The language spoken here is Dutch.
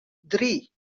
drie